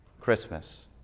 Christmas